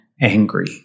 angry